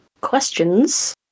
questions